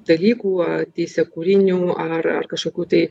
dalykų ar teisėkūrinių ar ar kažkokių tai